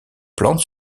plantes